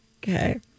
Okay